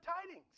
tidings